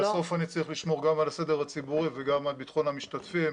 בסוף אני צריך לשמור גם על הסדר הציבורי וגם על בטחון המשתתפים.